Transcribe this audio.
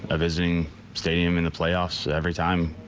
ah visiting stadium in the playoffs every time.